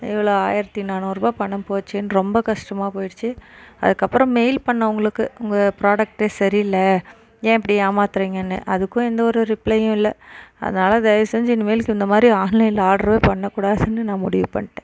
எவ்வளோ ஆயிரத்தி நானூறுபாய் பணம் போச்சேன்னு ரொம்ப கஷ்டமாக போய்டுச்சு அதுக்கப்புறம் மெயில் பண்ண அவங்களுக்கு உங்கள் ப்ராடக்ட்டே சரி இல்லை ஏன் இப்படி ஏமாத்துறீங்கன்னு அதுக்கும் எந்த ஒரு ரிப்ளையும் இல்லை அதனால் தயவு செஞ்சு இனிமேலுக்கு இந்தமாதிரி ஆன்லைன்ல ஆடரே பண்ணக்கூடாதுன்னு நான் முடிவு பண்ணிட்டேன்